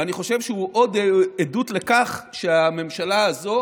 ואני חושב שהוא עוד עדות לכך שהממשלה הזו